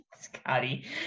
scotty